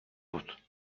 بود